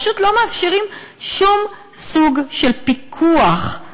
פשוט לא מאפשרים שום סוג של פיקוח,